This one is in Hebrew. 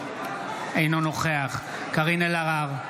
אינו נוכח קארין אלהרר,